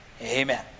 Amen